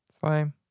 Fine